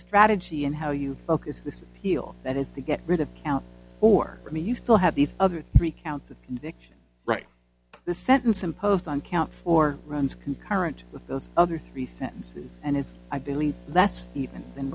strategy and how you focus this deal that is the get rid of count or i mean you still have these other three counts of conviction right the sentence imposed on count four runs concurrent with those other three sentences and as i believe that's even